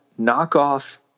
knockoff